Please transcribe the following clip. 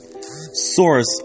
source